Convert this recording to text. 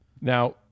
Now